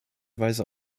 weise